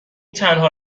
تنها